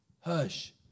hush